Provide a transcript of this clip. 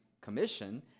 commission